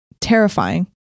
terrifying